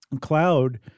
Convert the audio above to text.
cloud